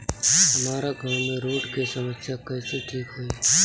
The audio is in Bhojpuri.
हमारा गाँव मे रोड के समस्या कइसे ठीक होई?